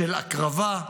של הקרבה,